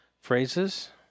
phrases